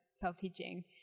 self-teaching